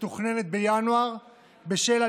שנובעת ממשבר כלכלי שהוביל למספר רב של מחוסרי